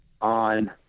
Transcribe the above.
on